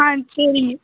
சரிங்க